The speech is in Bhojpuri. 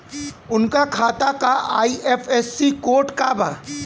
उनका खाता का आई.एफ.एस.सी कोड का बा?